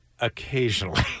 Occasionally